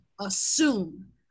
assume